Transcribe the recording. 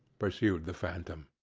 pursued the phantom.